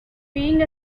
being